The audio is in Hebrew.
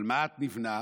אבל מה"ט נבנה